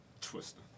Twister